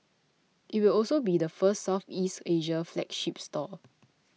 it will also be the first Southeast Asia flagship store